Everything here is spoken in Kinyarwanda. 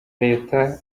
leta